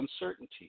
uncertainty